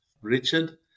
Richard